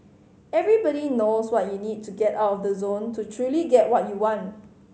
everybody knows what you need to get out of the zone to truly get what you want